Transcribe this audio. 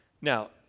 Now